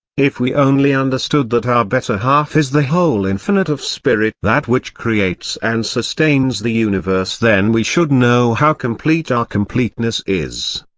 if we only understood that our better half is the whole infinite of spirit that which creates and sustains the universe then we should know how complete our completeness is.